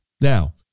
Now